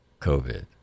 COVID